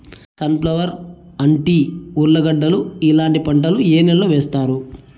Sun flower, అంటి, ఉర్లగడ్డలు ఇలాంటి పంటలు ఏ నెలలో వేస్తారు?